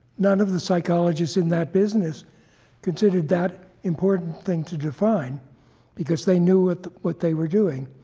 none of the psychologists in that business considered that important thing to define because they knew what what they were doing.